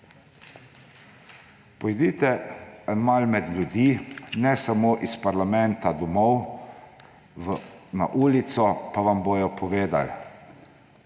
Pojdite malo med ljudi, ne samo iz parlamenta domov, na ulico pa vam bodo povedali.